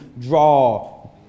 draw